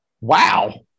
Wow